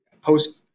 post